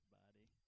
body